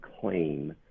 claim